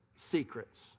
secrets